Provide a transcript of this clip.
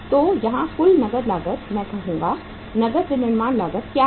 तो यहाँ कुल नकद लागत मैं कहूंगा नगद विनिर्माण लागत क्या है